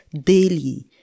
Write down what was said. daily